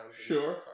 Sure